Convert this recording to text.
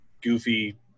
goofy